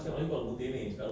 I tell you confirm can ah